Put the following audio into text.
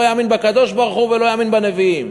יאמין בקדוש-ברוך-הוא ולא יאמין בנביאים.